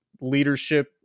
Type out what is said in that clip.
leadership